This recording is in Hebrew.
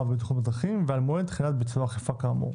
ובטיחות בדרכים ועל מועד תחילת ביצוע האכיפה כאמור'.